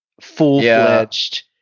full-fledged